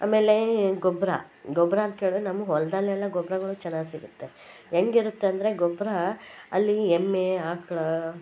ಆಮೇಲೆ ಈ ಗೊಬ್ಬರ ಗೊಬ್ಬರ ಅಂತ ಕೇಳಿದ್ರೆ ನಮ್ಗೆ ಹೊಲ್ದಲ್ಲೆಲ್ಲ ಗೊಬ್ಬರಗಳು ಚೆನ್ನಾಗ್ ಸಿಗುತ್ತೆ ಹೇಗಿರುತ್ತೆ ಅಂದರೆ ಗೊಬ್ಬರ ಅಲ್ಲಿ ಎಮ್ಮೆ ಆಕಳು